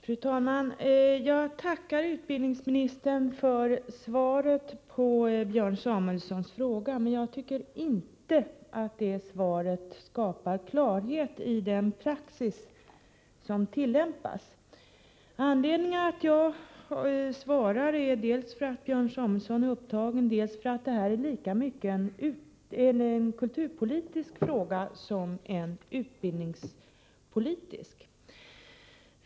Fru talman! Jag tackar utbildningsministern för svaret på Björn Samuelsons fråga. Jag tycker inte att svaret skapar klarhet när det gäller den praxis som tillämpas i detta avseende. Anledningen till att det är jag som tar emot svaret är dels att Björn Samuelson är upptagen med annat, dels att det här lika mycket är en kulturpolitisk som en utbildningspolitisk fråga.